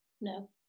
no